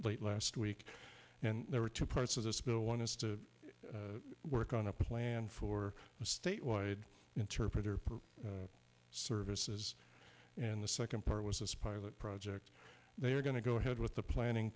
late last week and there were two parts of this bill one is to work on a plan for a statewide interpreter services and the second part was this pilot project they are going to go ahead with the planning